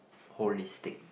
holistic